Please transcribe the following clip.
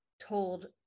told